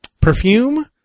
perfume